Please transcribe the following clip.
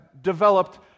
developed